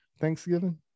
Thanksgiving